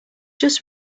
just